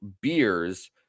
beers